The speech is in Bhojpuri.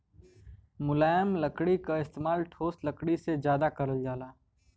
मुलायम लकड़ी क इस्तेमाल ठोस लकड़ी से जादा करल जाला